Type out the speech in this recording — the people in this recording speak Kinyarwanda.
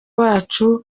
wacu